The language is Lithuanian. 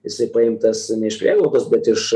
jisai paimtas ne iš prieglaudos bet iš